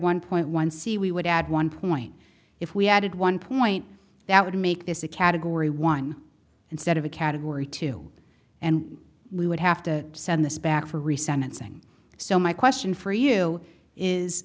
one point one c we would add one point if we added one point that would make this a category one instead of a category two and we would have to send this back for recent saying so my question for you is